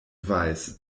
weiß